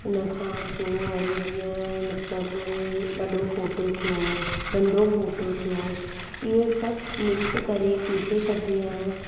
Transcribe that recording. उन खां पोइ वरी जीअं मतिलबु वॾो फ़ोटो थियो नंढो फ़ोटो थियो इहो सभु मिक्स करे पीसे छॾंदी आहियां